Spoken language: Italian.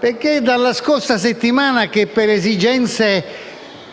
È dalla scorsa settimana, infatti, che, per esigenze